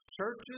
churches